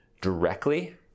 directly